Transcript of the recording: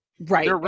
right